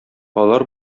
алар